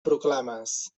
proclames